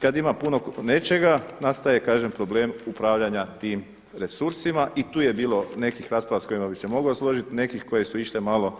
Kad ima puno nečega nastaje, kažem problem upravljanja tim resursima. i tu je bilo nekih rasprava sa kojima bih se mogao složiti, nekih koje su išle malo